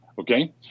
Okay